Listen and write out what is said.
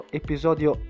episodio